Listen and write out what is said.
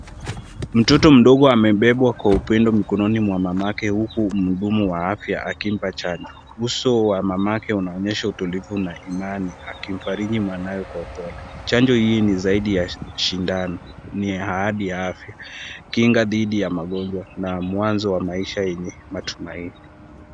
Mtoto mdogo amebebwa kwa upendo mkononi mwa mama yake, huku mhudumu wa afya akimpa chanjo. Uso wa mamake unaonyesha utulivu na amani, akimfariji mwanawe kwa pole. Chanjo hii ni zaidi ya shindano, ni ya ahadi ya afya. Kinga dhidi ya magonjwa na mwanzo wa maisha ya matumaini.